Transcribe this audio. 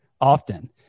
often